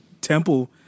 temple